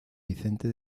vicente